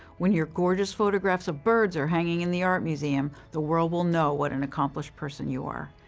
when your gorgeous photographs of birds are hanging in the art museum, the world will know what an accomplished person you are.